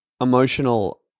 emotional